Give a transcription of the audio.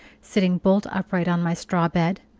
sitting bolt upright on my straw bed,